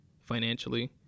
financially